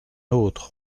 autre